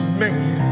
man